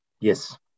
Yes